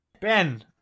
Ben